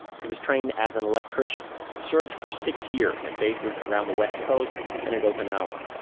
he was trained as an electrician and served for six years at bases around the west coast and at okinawa